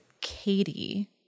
Katie